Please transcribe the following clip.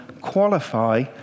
qualify